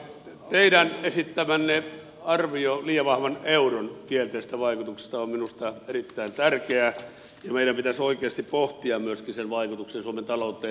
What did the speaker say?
teidän esittämänne arvio liian vahvan euron kielteisistä vaikutuksista on minusta erittäin tärkeä ja meidän pitäisi oikeasti pohtia myöskin sen vaikutuksia suomen talouteen